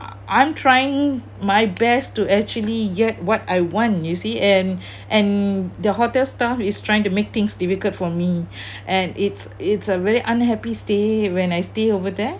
I'm trying my best to actually get what I want you see and and the hotel staff is trying to make things difficult for me and it's it's a very unhappy stay when I stay over there